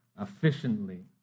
efficiently